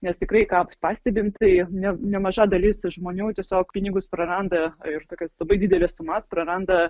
nes tikrai ką pastebim tai ne nemaža dalis žmonių tiesiog pinigus praranda ir tokias labai dideles sumas praranda